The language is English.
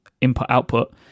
input-output